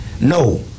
No